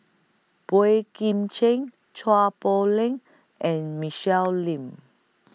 Boey Kim Cheng Chua Poh Leng and Michelle Lim